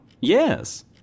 Yes